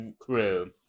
crew